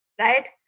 right